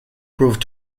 proved